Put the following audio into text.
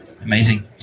Amazing